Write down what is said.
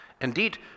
Indeed